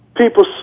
People